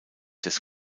des